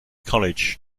college